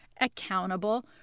accountable